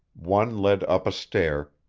one led up a stair,